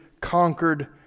conquered